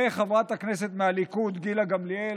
וחברת הכנסת מהליכוד גילה גמליאל,